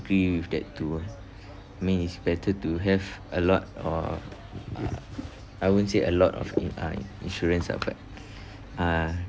agree with that too I mean it's better to have a lot of uh I won't say a lot of in uh insurance ah but uh